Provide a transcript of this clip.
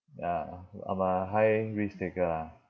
ya I'm a high risk taker lah